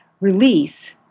release